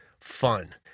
fun